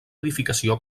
edificació